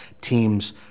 teams